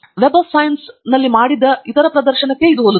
ನಾವು ಸೈನ್ಸ್ನ ವೆಬ್ನಲ್ಲಿ ಮಾಡಿದ ಇತರ ಪ್ರದರ್ಶನಕ್ಕೆ ಹೋಲುತ್ತದೆ